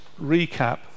recap